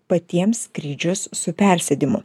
patiems skrydžius su persėdimu